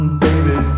baby